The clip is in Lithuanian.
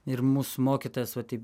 ir mūsų mokytojas va teip